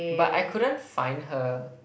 but I couldn't find her